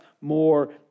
more